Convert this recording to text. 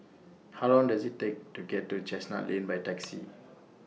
How Long Does IT Take to get to Chestnut Lane By Taxi